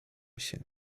się